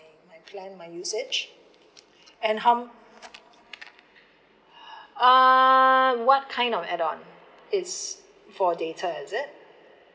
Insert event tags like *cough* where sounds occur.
my plan my usage and how *breath* um what kind of add on it's for data is it